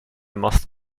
must